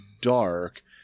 dark